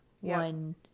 one